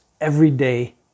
everyday